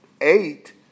eight